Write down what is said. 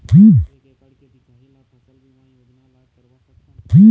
एक एकड़ के दिखाही ला फसल बीमा योजना ला करवा सकथन?